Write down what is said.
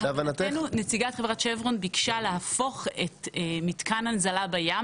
להבנתנו נציגת חברת שברון ביקשה להפוך את מתקן הנזלה בים,